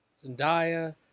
Zendaya